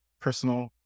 personal